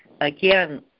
again